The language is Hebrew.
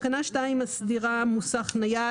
תקנה 2 מסדירה מוסך נייד.